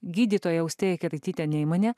gydytoja austėja keraitytė neimanė